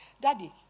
Daddy